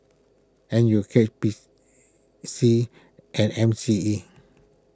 N U K B C and M C E